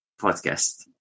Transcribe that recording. podcast